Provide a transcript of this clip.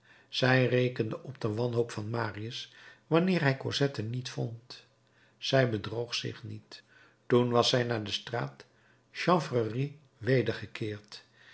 zij rekende op de wanhoop van marius wanneer hij cosette niet vond zij bedroog zich niet toen was zij naar de straat chanvrerie wedergekeerd